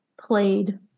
played